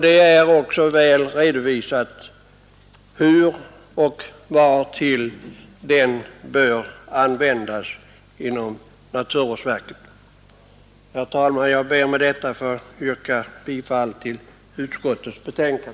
Det är också väl redovisat hur och vartill medlen bör användas inom naturvårdsverket. Herr talman! Jag ber med detta att få yrka bifall till utskottets hemställan.